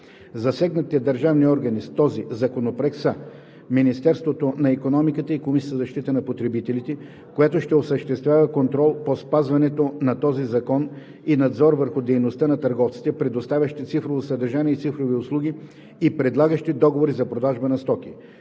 Засегнатите държавни органи с този законопроект са Министерството на икономиката и Комисията за защита на потребителите, която ще осъществява контрол по спазването на този закон и надзор върху дейността на търговците, предоставящи цифрово съдържание и цифрови услуги и предлагащи договори за продажба на стоки.